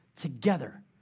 together